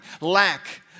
lack